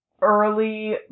early